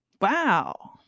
Wow